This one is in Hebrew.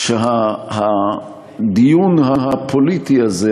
שהדיון הפוליטי הזה,